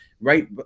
right